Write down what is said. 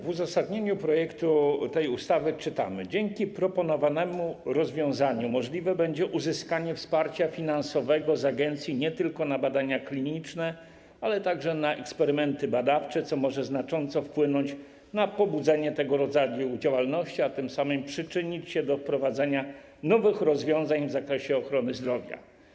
W uzasadnieniu projektu tej ustawy czytamy: Dzięki proponowanemu rozwiązaniu możliwe będzie uzyskanie wsparcia finansowego z agencji nie tylko na badania kliniczne, ale także na eksperymenty badawcze, co może znacząco wpłynąć na pobudzenie tego rodzaju działalności, a tym samym przyczynić się do wprowadzenia nowych rozwiązań w zakresie ochrony zdrowia.